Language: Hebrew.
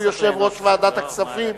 שהוא יושב-ראש ועדת הכספים,